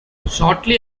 shortly